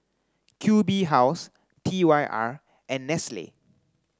Q B House T Y R and Nestle